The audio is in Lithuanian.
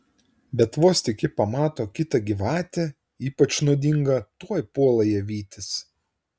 bet vos tik ji pamato kitą gyvatę ypač nuodingą tuoj puola ją vytis